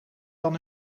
dan